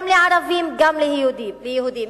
גם לערבים, גם ליהודים.